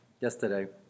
yesterday